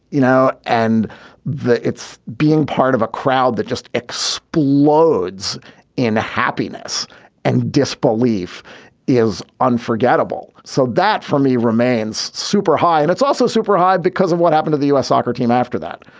you know, and that it's being part of a crowd that just explodes in happiness and disbelief is unforgettable so that for me, remains super high and it's also super high because of what happened to the u s. soccer team after that,